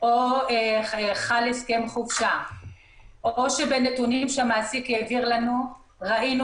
או חל הסכם חופשה או שבנתונים שהמעסיק העביר לנו ראינו